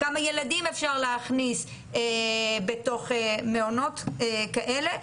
כמה ילדים אפשר להכניס בתוך מעונות כאלה,